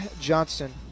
Johnson